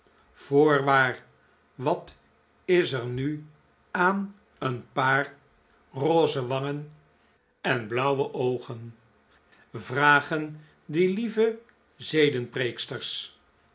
voorwaar wat is er nu aan een paar roze wangen en blauwe oogen vragen die lieve